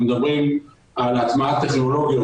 אנחנו מדברים על הטמעת טכנולוגיות,